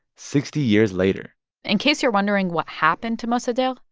sixty years later in case you're wondering what happened to mossadegh.